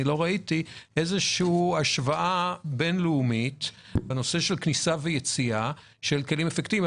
איזו השוואה בינלאומית בנושא של כניסה ויציאה בכלים אפקטיביים.